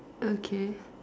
okay